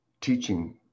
teaching